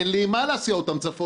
אין לי עם מה להסיע אותם צפונה.